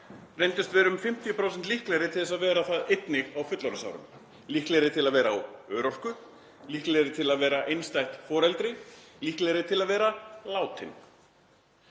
reyndust vera um 50% líklegri til að vera það einnig á fullorðinsárum, líklegri til að vera á örorku, líklegri til að vera einstætt foreldri, líklegri til að vera látin.